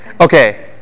Okay